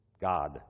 God